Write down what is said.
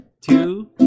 two